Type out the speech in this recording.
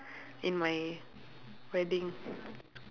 in my wedding